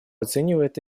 оценивает